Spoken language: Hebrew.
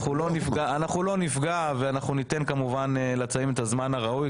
אנחנו לא נפגע ואנחנו ניתן כמובן לצמים את הזמן הראוי,